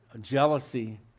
jealousy